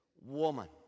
woman